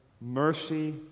mercy